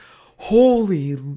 Holy